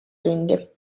tundi